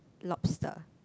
lobster